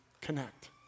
connect